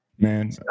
man